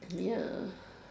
ya